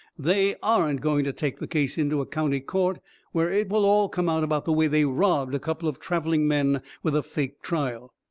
they aren't going to take the case into a county court where it will all come out about the way they robbed a couple of travelling men with a fake trial.